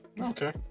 okay